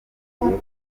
kubakwa